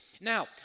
Now